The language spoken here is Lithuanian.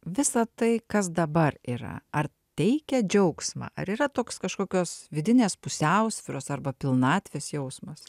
visa tai kas dabar yra ar teikia džiaugsmą ar yra toks kažkokios vidinės pusiausvyros arba pilnatvės jausmas